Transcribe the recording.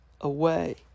away